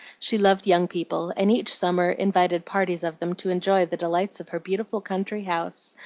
she loved young people, and each summer invited parties of them to enjoy the delights of her beautiful country house,